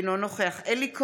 אינו נוכח אלי כהן,